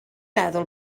meddwl